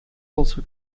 also